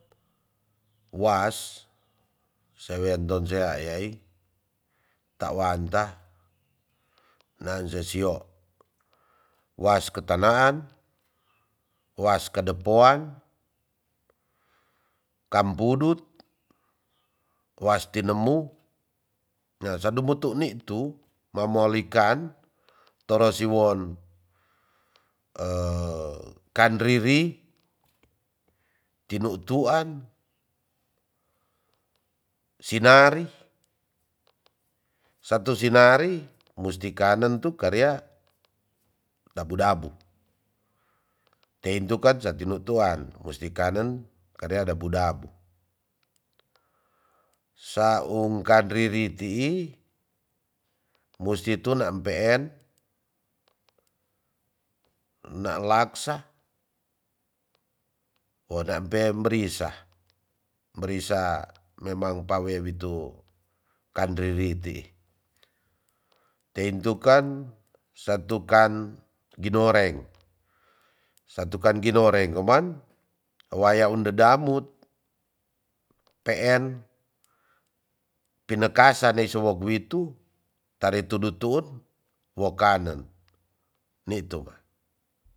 Was sewen tonsea ayai tawanta nansesio was was ketanaan was kedepoan kampudut was tinemu nyasa debutu nitu mamoli kaan toro siwon kanriwi tinutuan sinari satu sinari musti kanen tu karia dabu dabu teintu kan sa tinutuan musti kanen kadea dabu dabu saung ka driritii mustu tu nam peen na laksa wona pe mbrisa mnerisa memang pawe witu kan ririti teintu kan satu kan ginoreng satu kan ginoreng koman waya un dedamut peen pinekasa nei suwo gwitu tare tudutuut wokanen nitu